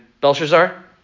Belshazzar